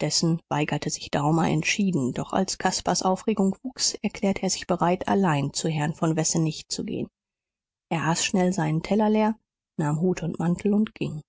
dessen weigerte sich daumer entschieden doch als caspars aufregung wuchs erklärte er sich bereit allein zu herrn von wessenig zu gehen er aß schnell seinen teller leer nahm hut und mantel und ging